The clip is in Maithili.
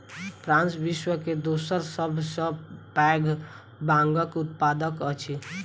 फ्रांस विश्व के दोसर सभ सॅ पैघ भांगक उत्पादक अछि